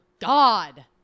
God